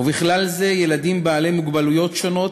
ובכלל זה ילדים בעלי מוגבלויות שונות,